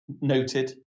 Noted